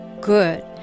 Good